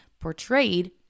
portrayed